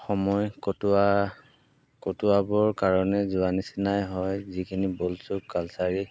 সময় কটোৱা কটোৱাবৰ কাৰণে যোৱা নিচিনাই হয় যিখিনি বস্তু কালচাৰী